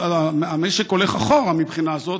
המשק הולך אחורה מבחינה זו,